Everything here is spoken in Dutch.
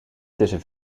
tussen